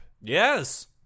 Yes